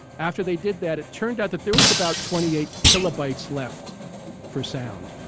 after they did that, it turned out that there was about twenty eight kilobytes left for sound.